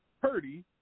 Purdy